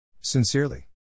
Sincerely